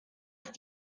ist